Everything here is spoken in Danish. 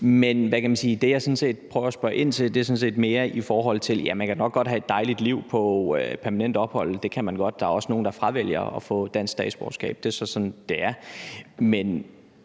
og jeg tror, jeg gik i 6. klasse i 1996. Man kan nok godt have et dejligt liv på permanent ophold. Det kan man godt. Der er også nogle, der fravælger at få dansk statsborgerskab. Det er så sådan, det er. Men